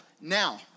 now